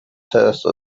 terse